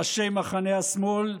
ראשי מחנה השמאל,